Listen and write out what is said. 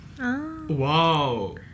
Wow